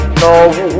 no